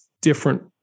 different